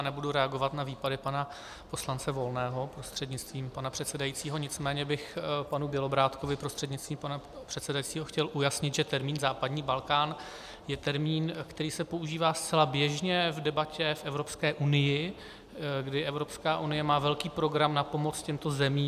Nebudu reagovat na výpady pana poslance Volného prostřednictvím pana předsedajícího, nicméně bych panu Bělobrádkovi prostřednictvím pana předsedajícího chtěl ujasnit, že termín západní Balkán je termín, který se používá zcela běžně v debatě v Evropské unii, kdy Evropská unie má velký program na pomoc těmto zemím.